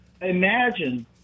imagine